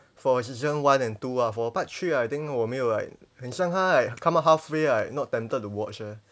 for season one and two ah for part three I think 我没有 like 很像它 like come out halfway like not tempted to watch eh